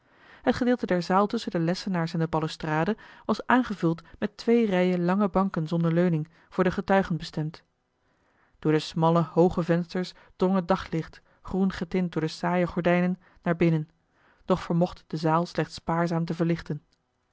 het gedeelte der zaal tusschen de lessenaars en de balustrade was aangevuld met twee rijen lange banken zonder leuning voor de getuigen bestemd door de smalle hooge vensters drong het daglicht groen getint door de saaien gordijnen naar binnen doch vermocht de zaal slechts spaarzaam te verlichten